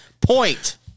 point